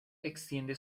extiende